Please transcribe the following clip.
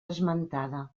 esmentada